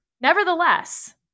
Nevertheless